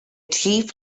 chief